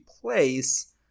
place